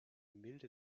milde